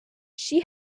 she